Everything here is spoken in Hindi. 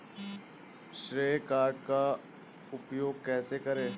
श्रेय कार्ड का उपयोग कैसे करें?